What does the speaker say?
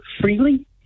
freely